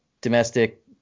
domestic